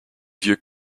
vieux